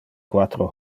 quatro